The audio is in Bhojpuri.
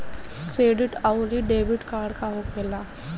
क्रेडिट आउरी डेबिट कार्ड का होखेला?